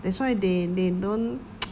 that's why they they don't